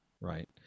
right